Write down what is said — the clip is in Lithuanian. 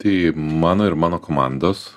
tai mano ir mano komandos